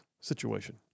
situation